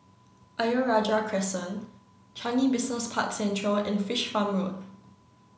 Ayer Rajah Crescent Changi Business Park Central and Fish Farm Road